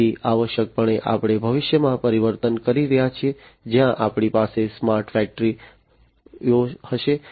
તેથી આવશ્યકપણે આપણે ભવિષ્યમાં પરિવર્તન કરી રહ્યા છીએ જ્યાં આપણી પાસે સ્માર્ટ ફેક્ટરીઓ હશે